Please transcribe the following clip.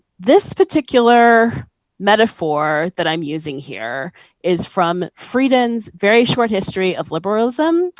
this particular metaphor that i am using here is from frieden's very short history of liberalism,